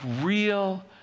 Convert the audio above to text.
real